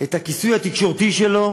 את הכיסוי התקשורתי שלו,